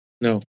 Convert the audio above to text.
No